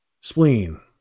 spleen